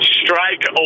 strike